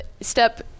Step